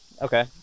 Okay